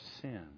sin